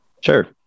Sure